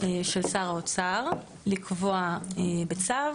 של שר האוצר לקבוע בצו